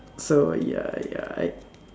so ya ya I